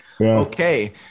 Okay